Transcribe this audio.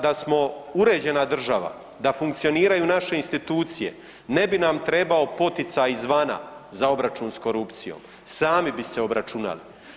Da smo uređena država, da funkcioniraju naše institucije ne bi nam trebao poticaj izvana za obračun s korupcijom, sami bi se obračunali.